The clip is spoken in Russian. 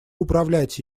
управлять